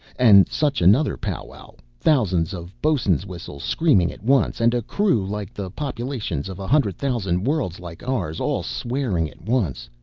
and such another powwow thousands of bo's'n's whistles screaming at once, and a crew like the populations of a hundred thousand worlds like ours all swearing at once.